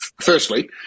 firstly